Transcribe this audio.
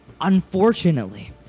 Unfortunately